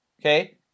Okay